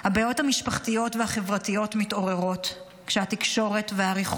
הבעיות המשפחתיות והחברתיות מתעוררות כשהתקשורת והריחוק